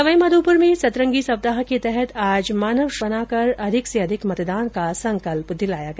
सवाईमाधोपुर में सतरंगी सप्ताह के तहत आज मानव श्रृंखला बनाकर अधिक से अधिक मतदान का संकल्प दिलाया गया